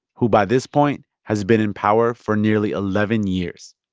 who, by this point, has been in power for nearly eleven years.